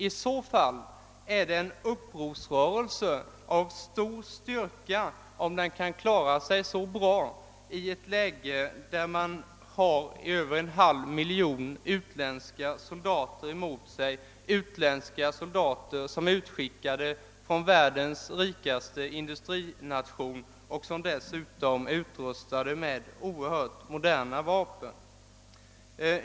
I så fall är det en upprorsrörelse av stor styrka, om: den kan klara sig så bra”i ett läge där man har över en halv miljon utländska soldater emot sig, utländska soldater som är utskickade från världens rikaste industrination och som dessutom. är utrustade med de modernaste vapen.